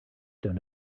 don’t